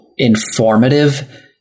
informative